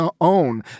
own